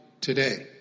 today